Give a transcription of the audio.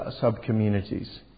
sub-communities